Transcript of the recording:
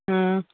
ꯎꯝ